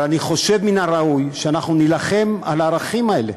אבל אני חושב שמן הראוי שאנחנו נילחם על הערכים האלה.